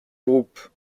groupe